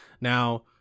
now